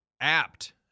apt